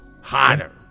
hotter